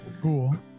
Cool